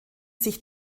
sich